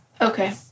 Okay